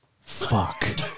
Fuck